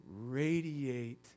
radiate